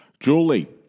Julie